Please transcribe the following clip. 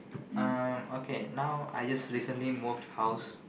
um okay now I just recently moved house